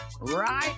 right